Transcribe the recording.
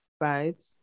right